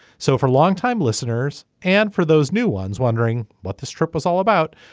so for longtime listeners and for those new ones wondering what this trip was all about.